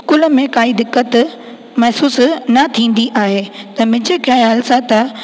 school में काई दिक़त महिसूसु न थींदी आहे त मुंहिंजे ख़्याल सां त